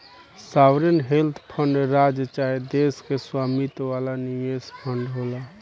sovereign wealth fund राज्य चाहे देश के स्वामित्व वाला निवेश फंड होला